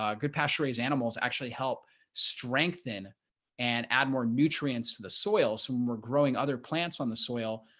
um good pasture raised animals actually help strengthen and add more nutrients to the soil. so we're growing other plants on the soil,